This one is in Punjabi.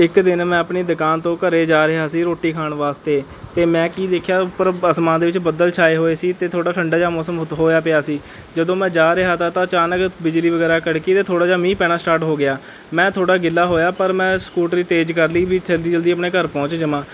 ਇੱਕ ਦਿਨ ਮੈਂ ਆਪਣੀ ਦੁਕਾਨ ਤੋਂ ਘਰ ਜਾ ਰਿਹਾ ਸੀ ਰੋਟੀ ਖਾਣ ਵਾਸਤੇ ਅਤੇ ਮੈਂ ਕੀ ਦੇਖਿਆ ਉੱਪਰ ਅਸਮਾਨ ਦੇ ਵਿੱਚ ਬੱਦਲ ਛਾਏ ਹੋਏ ਸੀ ਅਤੇ ਥੋੜ੍ਹਾ ਠੰਡਾ ਜਿਹਾ ਮੌਸਮ ਉੱਤੇ ਹੋਇਆ ਪਿਆ ਸੀ ਜਦੋਂ ਮੈਂ ਜਾ ਰਿਹਾ ਤਾ ਤਾਂ ਅਚਾਨਕ ਬਿਜਲੀ ਵਗੈਰਾ ਕੜਕੀ ਅਤੇ ਥੋੜ੍ਹਾ ਜਿਹਾ ਮੀਂਹ ਪੈਣਾ ਸਟਾਰਟ ਹੋ ਗਿਆ ਮੈਂ ਥੋੜ੍ਹਾ ਗਿੱਲਾ ਹੋਇਆ ਪਰ ਮੈਂ ਸਕੂਟਰੀ ਤੇਜ਼ ਕਰ ਲਈ ਵੀ ਜਲਦੀ ਜਲਦੀ ਆਪਣੇ ਘਰ ਪਹੁੰਚ ਜਾਵਾਂ